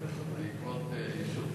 שזה בערך 2,000 איש,